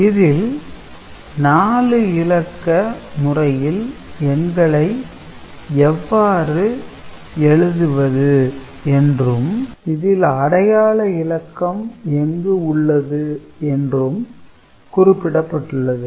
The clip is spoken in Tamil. இதில் 4 இலக்க முறையில் எண்களை எவ்வாறு எழுதுவது என்றும் இதில் அடையாள இலக்கம் எங்கு உள்ளது என்றும் குறிப்பிடப்பட்டுள்ளது